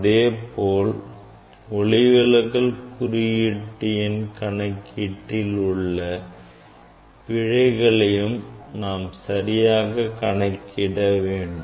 அதேபோல் ஒளிவிலகல் குறியீட்டு எண் கணக்கீட்டில் உள்ள பிழைகளையும் சரியாக கணக்கிட வேண்டும்